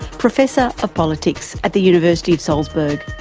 professor of politics at the university of salzburg.